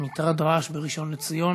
מטרד רעש בראשון-לציון.